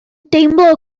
deimlo